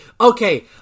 Okay